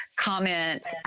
comment